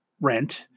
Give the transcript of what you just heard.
Rent